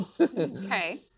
Okay